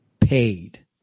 paid